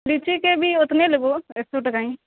लीचीके भी उतने लेबौ एक सए टका ही